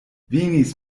venis